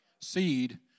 seed